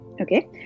Okay